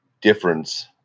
difference